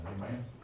Amen